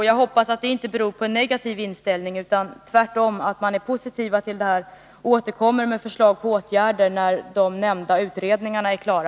Jag hoppas att det inte beror på en negativ inställning, utan jag hoppas tvärtom att man är positiv och återkommer med förslag till åtgärder när de nämnda utredningarna är klara.